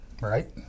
Right